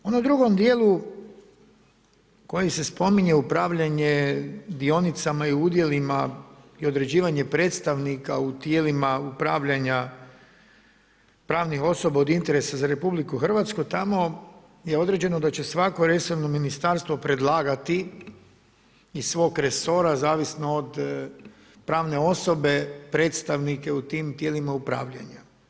U onom drugom dijelu u kojem se spominje upravljanje dionicama i udjelima i određivanje predstavnika u tijelima upravljanja pravnih osoba od interesa za RH, tamo je određeno da će svako resorno ministarstvo predlagati iz svog resora, zavisno od pravne osobe predstavnike u tim tijelima upravljanja.